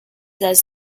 does